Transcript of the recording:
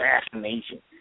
assassination